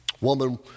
woman